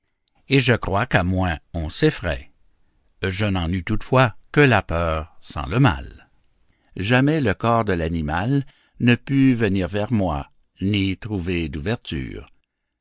et je crois qu'à moins on s'effraie je n'en eus toutefois que la peur sans le mal jamais le corps de l'animal ne put venir vers moi ni trouver d'ouverture